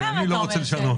שלא רוצים לשנות.